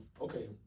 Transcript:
okay